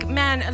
man